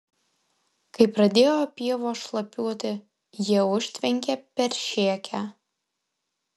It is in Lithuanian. kai pradėjo pievos šlapiuoti jie užtvenkė peršėkę